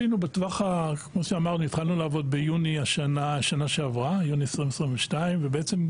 כמו שאמרתי, התחלנו לעבוד ביוני 2022 ואמרנו,